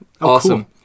Awesome